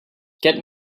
get